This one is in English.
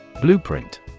Blueprint